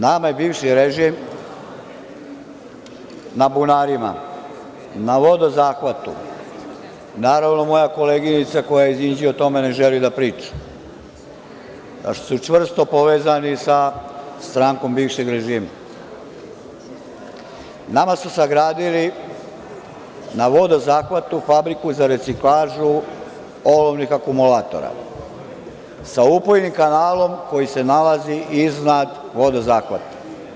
Nama je bivši režim na bunarima, na vodozahvatu, naravno moja koleginica koja je iz Inđije o tome ne želi da priča, zato što su čvrsto povezani sa strankom bivšeg režima, nama su sagradili na vodozahvatu fabriku za reciklažu olovnih akumulatora, sa upojenim kanalom koji se nalazi iznad vodozahvata.